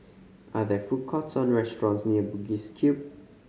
are there food courts or restaurants near Bugis Cube